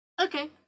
Okay